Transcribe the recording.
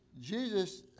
Jesus